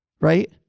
right